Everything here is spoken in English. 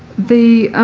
the